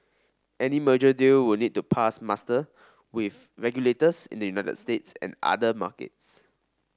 any merger deal would need to pass muster with regulators in the United States and other markets